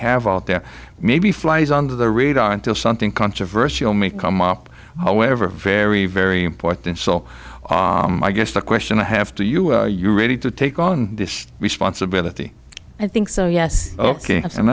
have all there maybe flies under the radar until something controversial may come up however very very important so i guess the question i have to you you're ready to take on this responsibility i think so yes ok and